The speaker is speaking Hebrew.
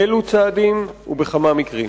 אילו צעדים ובכמה מקרים?